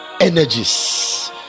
energies